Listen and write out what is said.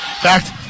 fact